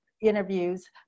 Interviews